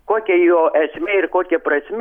kokia jo esmė ir kokia prasmė